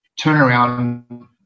turnaround